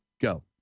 Go